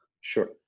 Sure